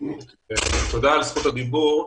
תודה על זכות הדיבור.